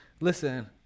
Listen